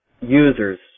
users